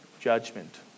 judgment